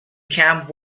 camp